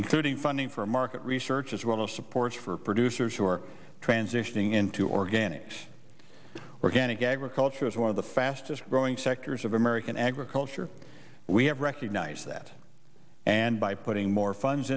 including funding for market research as well support for producers who are transitioning into organics organic agriculture is one of the fastest growing sectors of american agriculture we have recognized that and by putting more funds